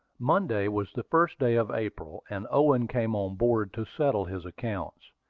monday was the first day of april, and owen came on board to settle his accounts.